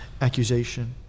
accusation